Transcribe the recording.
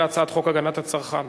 הצעת חוק הגנת הצרכן